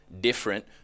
different